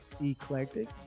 eclectic